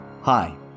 Hi